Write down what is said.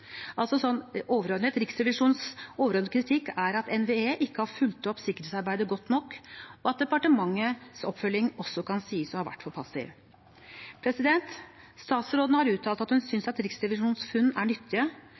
Altså er Riksrevisjonens overordnede kritikk at NVE ikke har fulgt opp sikkerhetsarbeidet godt nok, og at departementets oppfølging også kan sies å ha vært for passiv. Statsråden har uttalt at hun synes at Riksrevisjonens funn er nyttige.